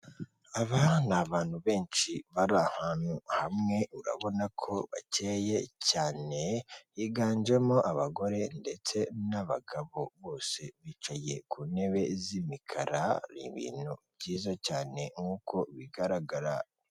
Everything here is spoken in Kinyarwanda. Aba ni abantu benshi bari ahantu hamwe urabona ko bakeye cyane, biganjemo abagore ndetse n'abagabo bose bicaye ku ntebe z'imikara ibintu byiza cyane nk'uko bigaragara.